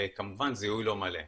וכמובן, זיהוי לא מלא.